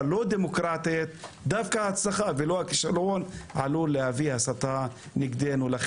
לא דמוקרטית דווקא ההצלחה ולא הכישלון עלולה להביא הסתה נגדנו.